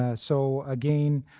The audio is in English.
ah so, again,